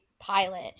Pilot